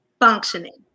Functioning